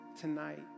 tonight